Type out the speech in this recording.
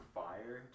fire